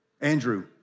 Andrew